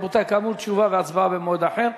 רבותי, כאמור, תשובה והצבעה במועד אחר.